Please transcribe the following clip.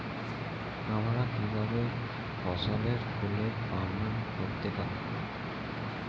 আমরা কিভাবে ফসলে ফুলের পর্যায় সনাক্ত করতে পারি?